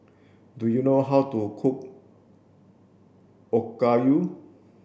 do you know how to cook Okayu